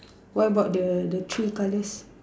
what about the the tree colours